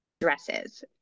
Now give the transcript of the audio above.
dresses